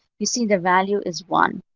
you see the value is one.